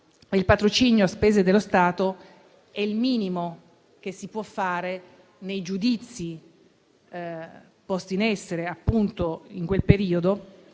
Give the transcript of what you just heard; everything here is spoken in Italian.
Il patrocinio a spese dello Stato è il minimo che si possa fare nei giudizi posti in essere in quel periodo